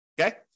Okay